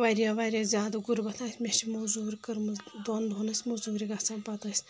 واریاہ واریاہ زیادٕ غُربَتھ اَسہِ مےٚ چھِ موزوٗر کٔرمٕژ دۄن دۄن ٲسۍ موزوٗرۍ گژھان پَتہٕ ٲسۍ